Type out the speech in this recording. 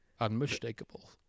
Unmistakable